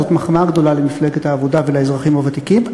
זאת מחמאה גדולה למפלגת העבודה ולאזרחים הוותיקים.